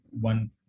one